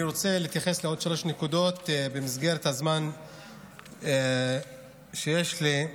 אני רוצה להתייחס לעוד שלוש נקודות במסגרת הזמן שיש לי.